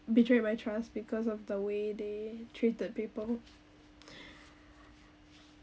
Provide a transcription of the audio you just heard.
betray my trust because of the way they treated people